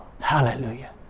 Hallelujah